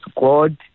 God